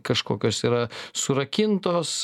kažkokios yra surakintos